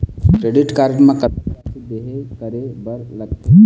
Credit card म कतक राशि देहे करे बर लगथे?